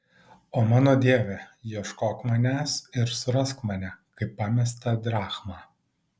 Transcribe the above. o mano dieve ieškok manęs ir surask mane kaip pamestą drachmą